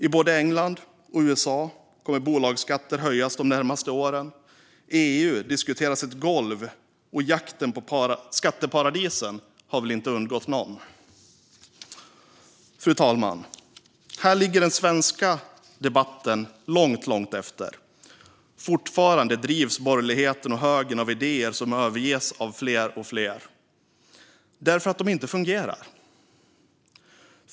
I både England och USA kommer bolagsskatter att höjas de närmaste åren. I EU diskuteras ett golv, och jakten på skatteparadisen har väl inte undgått någon. Fru talman! Här ligger den svenska debatten långt efter. Fortfarande drivs borgerligheten och högern av idéer som överges av fler och fler därför att de inte fungerar.